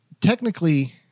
technically